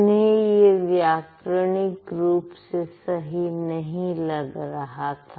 उन्हें यह व्याकरणिक रूप से सही नहीं लग रहा था